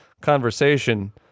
conversation